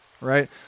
right